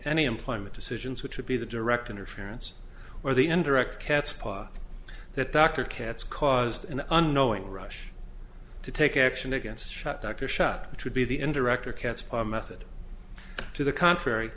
any employment decisions which would be the direct interference or the indirect catspaw that dr katz caused an unknowing rush to take action against shot dr shot which would be the indirect or cats or method to the contrary